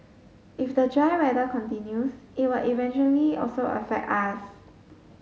if the dry weather continues it will eventually also affect us